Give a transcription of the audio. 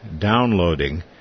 downloading